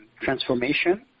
transformation